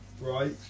right